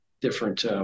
different